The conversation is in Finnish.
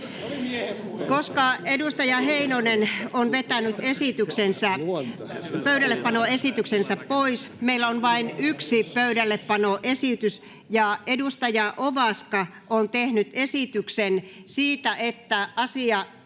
Koska edustaja Heinonen on vetänyt pöydällepanoesityksensä pois, meillä on vain yksi pöydällepanoesitys. Edustaja Ovaska on tehnyt esityksen siitä, että asia